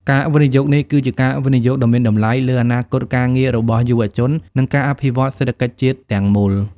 ការវិនិយោគនេះគឺជាការវិនិយោគដ៏មានតម្លៃលើអនាគតការងាររបស់យុវជន និងការអភិវឌ្ឍសេដ្ឋកិច្ចជាតិទាំងមូល។